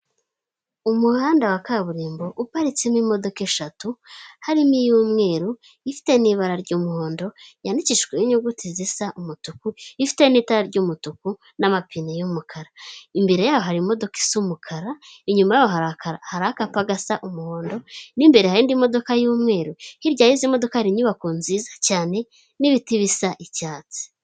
Umuhanda wa kaburimbo uparitsemo imodoka eshatu, harimo iy'umweru, ifite n'ibara ry'umuhondo, yandikishijweho n'inyuguti zisa umutuku, ifite n'itara ry'umutuku n'amapine y'umukara, imbere yaho hari imodoka isa umukara, inyuma hari akapa gasa umuhondo n'imbere hari modoka y'umweru, hirya y'izi modoka hari inyubako nziza cyane n'ibiti bisa icyatsi.